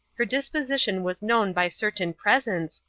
her disposition was known by certain presents,